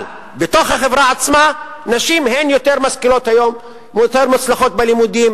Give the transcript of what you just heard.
בתוך החברה עצמה נשים יותר משכילות ויותר מצליחות בלימודים,